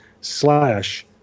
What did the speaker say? slash